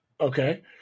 Okay